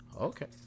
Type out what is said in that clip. Okay